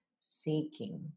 seeking